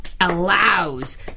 allows